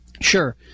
Sure